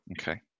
Okay